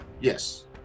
yes